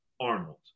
arnold